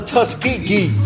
Tuskegee